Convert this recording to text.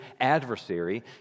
adversary